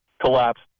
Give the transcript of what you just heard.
collapse